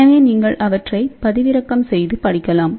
எனவே நீங்கள் அவற்றைப் பதிவிறக்கம் செய்து படிக்கலாம்